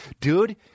Dude